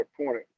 appointed